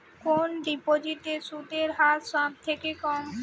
কোন ডিপোজিটে সুদের হার সবথেকে কম?